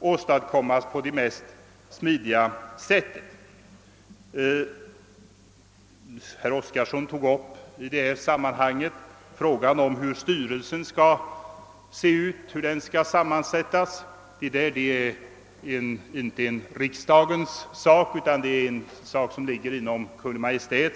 åstadkommas på det mest smidiga sättet. Herr Oskarson tog i detta sammanhang upp frågan om styrelsens sammansättning. Beslut i den frågan ankommer inte på riksdagen utan på Kungl. Maj:t.